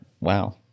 Wow